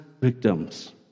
victims